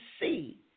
see